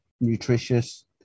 nutritious